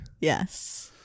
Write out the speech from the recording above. Yes